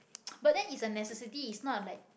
but then it's a necessity it's not like